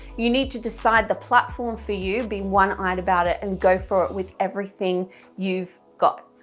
you need to decide the platform for you, be one-eyed about it and go for it with everything you've got.